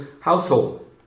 household